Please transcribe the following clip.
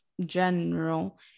general